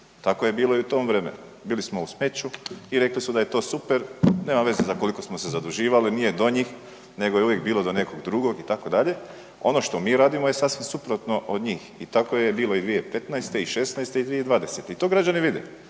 tako je bilo i u tom vremenu. Bili smo u smeću i rekli su da je to super, nema veze za koliko smo se zaduživali nije do njih nego je uvijek bilo do nekog drugog itd. Ono što mi radimo je sasvim suprotno od njih i tako je bilo i 2015., 2016. i 2020. i to građani vide